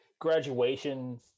graduation